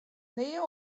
nea